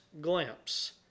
glimpse